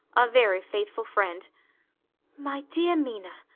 a very faithful friend my dear mina,